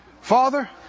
Father